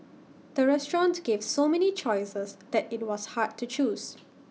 the restaurant gave so many choices that IT was hard to choose